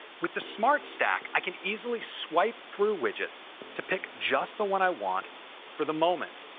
with the smart stack, i can easily swipe through widgets to pick just the one i want for the moment.